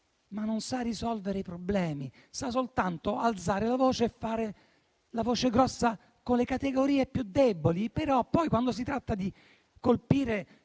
ma non sappia risolvere i problemi: sa soltanto alzare la voce e fare la voce grossa con le categorie più deboli, ma quando si tratta di colpire